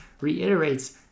reiterates